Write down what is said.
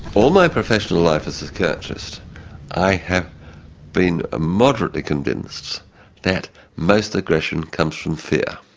all my professional life as psychiatrist i have been ah moderately convinced that most aggression comes from fear.